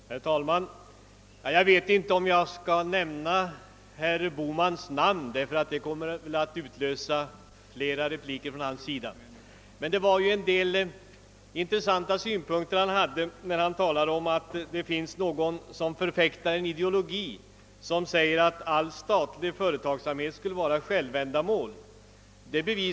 Herr talman! Jag vet inte om jag skall nämna herr Bohmans namn ty det skulle väl komma att utlösa flera repliker från hans sida, men han hade vissa intressanta synpunkter. Han talade om att någon förfäktade en ideologi som säger att all statlig företagsamhet skulle vara självändamål.